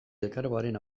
elkargoaren